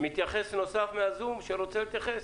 מישהו נוסף בזום שרוצה להתייחס?